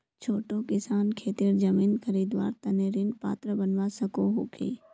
छोटो किसान खेतीर जमीन खरीदवार तने ऋण पात्र बनवा सको हो कि?